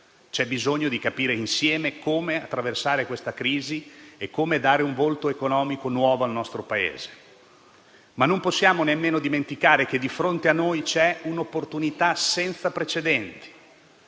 c'è bisogno di capire insieme come attraversare la crisi e come dare un volto economico nuovo al nostro Paese. Non possiamo però nemmeno dimenticare che di fronte a noi c'è un'opportunità senza precedenti.